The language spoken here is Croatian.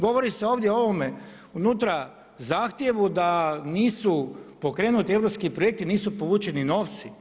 Govori se ovdje o ovome unutra zahtjevu da nisu pokrenuti europski projekti, nisu povučeni novci.